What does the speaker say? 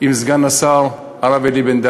בדיונים עם סגן השר, הרב אלי בן-דהן,